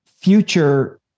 future